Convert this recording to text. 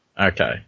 Okay